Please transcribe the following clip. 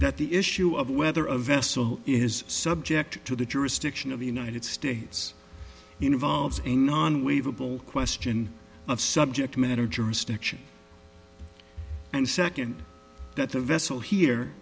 that the issue of whether a vessel is subject to the jurisdiction of the united states involves a non waive a bull question of subject matter jurisdiction and second that the vessel here